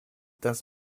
das